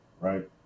right